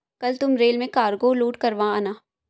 कल तुम रेल में कार्गो लोड करवा आना